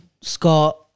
Scott